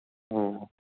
ഓ